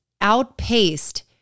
outpaced